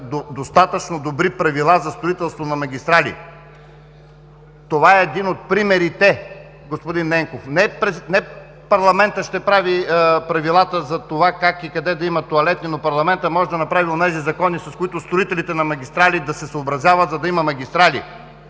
достатъчно добри правила за строителство на магистрали. Това е един от примерите, господин Ненков! Не парламентът ще прави правилата за това как и къде да има тоалетни, но парламентът може да направи онези закони, с които строителите на магистрали да се съобразяват, за да има магистрали,